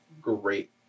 great